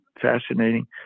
fascinating